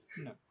No